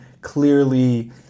clearly